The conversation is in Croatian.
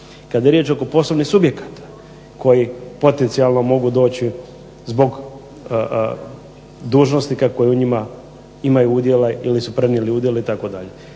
Kad je riječ oko poslovnih subjekata koji potencijalno mogu doći zbog dužnosnika koji u njima imaju udjela ili su prenijeli udjele itd.